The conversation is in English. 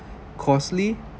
costly